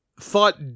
thought